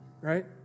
right